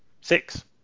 six